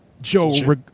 Joe